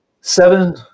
Seven